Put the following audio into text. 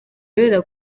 urebera